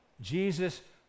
Jesus